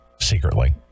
secretly